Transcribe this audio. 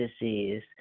disease